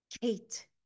Kate